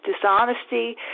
dishonesty